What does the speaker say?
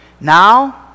now